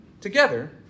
together